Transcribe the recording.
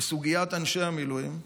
בסוגיית אנשי המילואים,